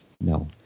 no